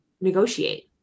negotiate